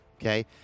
okay